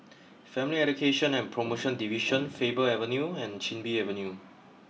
Family Education and Promotion Division Faber Avenue and Chin Bee Avenue